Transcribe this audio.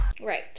Right